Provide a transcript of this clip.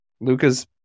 Luca's